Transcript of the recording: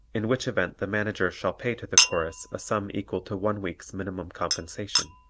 in which event the manager shall pay to the chorus a sum equal to one week's minimum compensation.